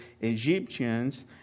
Egyptians